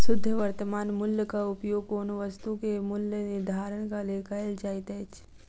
शुद्ध वर्त्तमान मूल्यक उपयोग कोनो वस्तु के मूल्य निर्धारणक लेल कयल जाइत अछि